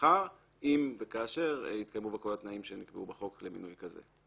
בשכר אם וכאשר התקיימו בה כל התנאים שנקבעו בחוק למינוי כזה.